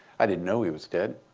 i didn't know he was dead.